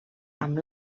amb